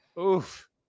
Oof